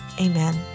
Amen